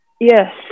Yes